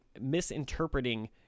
misinterpreting